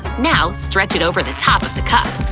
now stretch it over the top of the cup.